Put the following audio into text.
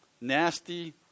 nasty